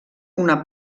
una